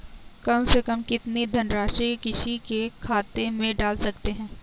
कम से कम कितनी धनराशि किसी के खाते में डाल सकते हैं?